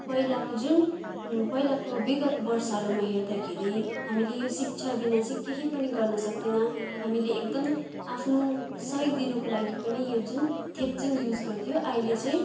पहिलाको जुन पहिलाको विगत वर्षहरूमा हेर्दाखेरि हामीले यो शिक्षा बिना चाहिँ केही पनि गर्न सक्दैन हामीले एकदम आफ्नो सही दिनुको लागि पनि यो जुन थ्यापचिङ युज गर्थ्यौँ अहिले चाहिँ